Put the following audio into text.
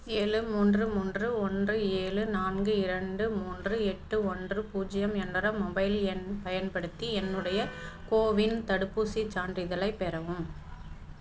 ஏழு மூன்று மூன்று ஒன்று ஏழு நான்கு இரண்டு மூன்று எட்டு ஒன்று பூஜ்யம் என்ற மொபைல் எண் பயன்படுத்தி என்னுடைய கோவின் தடுப்பூசிச் சான்றிதழைப் பெறவும்